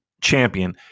champion